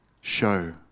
show